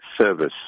service